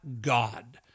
God